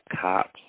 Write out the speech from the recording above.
cops